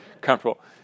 comfortable